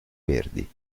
verdi